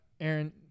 Aaron